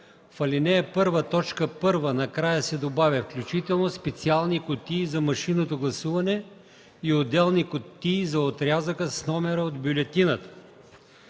в ал. 1, т. 1 накрая се добавя „включително в специални кутии за машинното гласуване и отделни кутии за отрязъка с номера от бюлетината”.